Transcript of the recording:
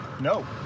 No